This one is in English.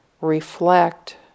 reflect